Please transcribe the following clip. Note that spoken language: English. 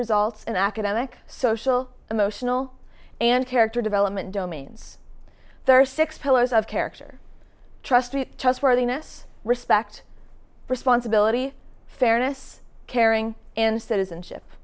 results in academic social emotional and character development domains there are six pillars of character trust trustworthiness respect responsibility fairness caring and citizenship